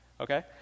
Okay